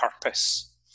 purpose